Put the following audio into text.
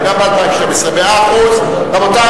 גם ב-2012.